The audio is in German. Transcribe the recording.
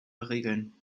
regeln